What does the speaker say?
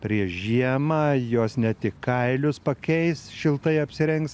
prieš žiemą jos ne tik kailius pakeis šiltai apsirengs